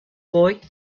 boy